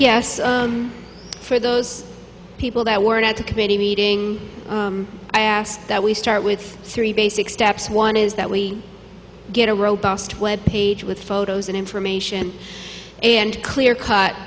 yes for those people that weren't at the committee meeting i asked that we start with three basic steps one is that we get a robust web page with photos and information and clear